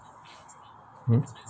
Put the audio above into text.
mmhmm